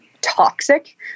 toxic